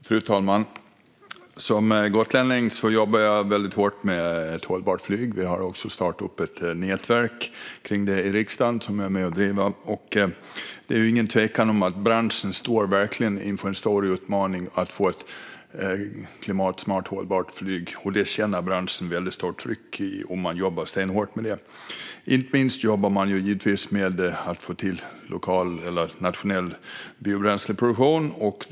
Fru talman! Som gotlänning jobbar jag väldigt hårt med ett hållbart flyg. Vi har i riksdagen också startat ett nätverk kring det som jag är med och driver. Det är ingen tvekan om att branschen verkligen står inför en stor utmaning för att få ett klimatsmart, hållbart flyg. Det har branschen ett väldigt starkt tryck på, och man jobbar stenhårt med det. Inte minst jobbar man givetvis med att få till lokal eller nationell biobränsleproduktion.